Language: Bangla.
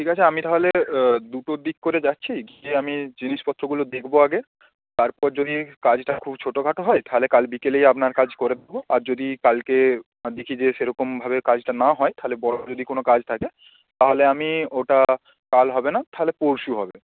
ঠিক আছে আমি তাহলে দুটোর দিক করে যাচ্ছি গিয়ে আমি জিনিসপত্রগুলো দেখব আগে তারপর যদি কাজটা খুব ছোটোখাটো হয় তাহলে কাল বিকেলেই আপনার কাজ করে দেবো আর যদি কালকে আর দেখি যে সেরকমভাবে কাজটা না হয় তাহলে বড় যদি কোনো কাজ থাকে তাহলে আমি ওটা কাল হবে না তাহলে পরশু হবে